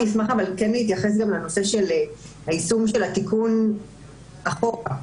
אשמח להתייחס ליישום תיקון החוק,